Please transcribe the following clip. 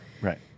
right